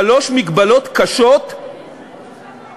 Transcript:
ואנחנו עוברים להצבעות אלקטרוניות: לחלופין